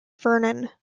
vernon